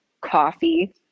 coffee